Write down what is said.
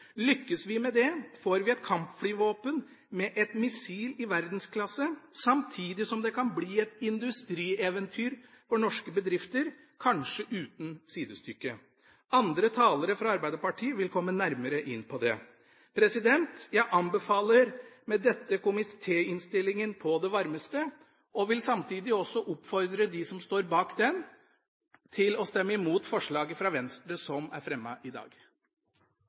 Lykkes vi med det, får vi et kampflyvåpen med et missil i verdensklasse, samtidig som det kan bli et industrieventyr for norske bedrifter, kanskje uten sidestykke. Andre talere fra Arbeiderpartiet vil komme nærmere inn på det. Jeg anbefaler med dette komitéinnstillingen på det varmeste og vil samtidig også oppfordre dem som står bak den, til å stemme imot forslaget fra Venstre, som er fremmet i dag.